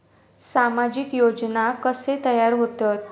सामाजिक योजना कसे तयार होतत?